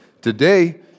today